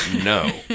no